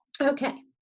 okay